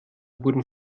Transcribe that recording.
wurden